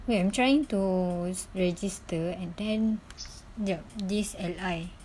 wait I'm trying to w~ register and then jap this L_I